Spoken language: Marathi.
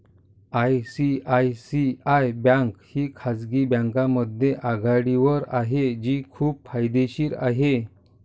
आय.सी.आय.सी.आय बँक ही खाजगी बँकांमध्ये आघाडीवर आहे जी खूप फायदेशीर आहे